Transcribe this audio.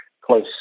close